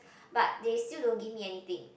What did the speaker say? but they still don't give me anything